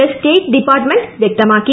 S state department വ്യക്തമാക്കി